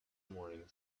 morning